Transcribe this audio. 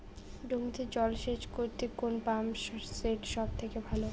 জমিতে জল সেচ করতে কোন পাম্প সেট সব থেকে ভালো?